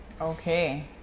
Okay